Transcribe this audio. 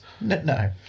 No